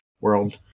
World